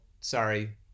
Sorry